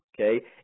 Okay